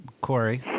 Corey